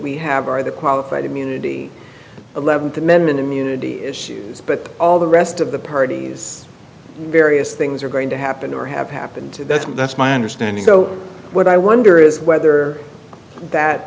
we have are the qualified immunity eleventh amendment immunity issues but all the rest of the parties various things are going to happen or have happened that's that's my understanding so what i wonder is whether that